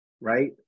right